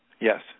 Yes